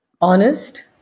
Honest